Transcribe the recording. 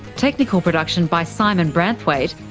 technical production by simon branthwaite,